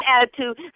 attitude